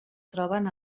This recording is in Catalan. troben